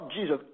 Jesus